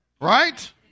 right